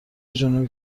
جنوبی